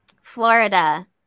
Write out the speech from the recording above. Florida